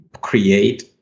create